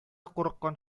курыккан